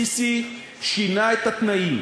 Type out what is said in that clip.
סיסי שינה את התנאים,